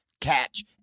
Catch